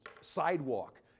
sidewalk